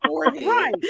Right